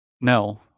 No